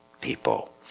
people